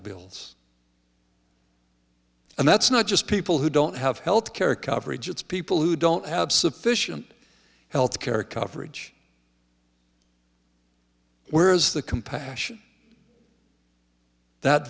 bills and that's not just people who don't have health care coverage it's people who don't have sufficient health care coverage whereas the compassion that